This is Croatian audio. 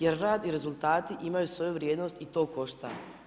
Jer rad i rezultati imaju svoju vrijednost i to košta.